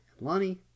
Lonnie